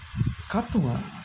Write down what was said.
katong ah